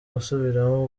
gusubiramo